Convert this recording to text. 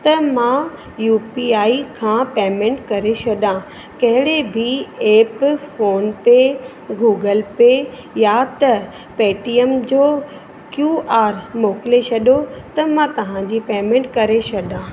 त मां यूपीआई खां पेंमेंट करे छॾां कहिड़े बि ऐप फोनपे गूगल पे या त पेटीएम जो क्यूआर मोकिले छॾो त मां तव्हांजी पेमेंट करे छॾां